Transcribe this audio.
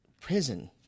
Prison